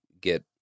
get